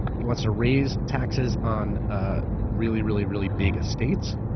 he wants to raise taxes on ah really, really, really big estates.